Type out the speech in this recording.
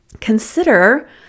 Consider